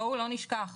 בל נשכח.